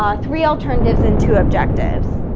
ah three alternatives into objectives.